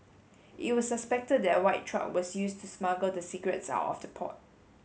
it was suspected that a white truck was used to smuggle the cigarettes out of the port